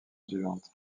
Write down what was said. suivante